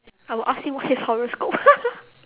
I'll ask him what his horoscope